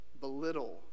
belittle